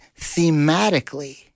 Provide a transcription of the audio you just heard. thematically